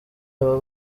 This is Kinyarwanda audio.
aba